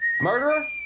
Murderer